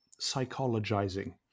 psychologizing